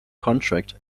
contract